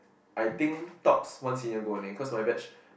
I think tops one senior gold only cause my batch